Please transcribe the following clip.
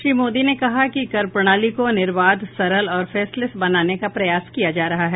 श्री मोदी ने कहा कि कर प्रणाली को निर्बाध सरल और फेसलैस बनाने का प्रयास किया जा रहा है